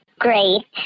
Great